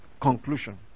conclusion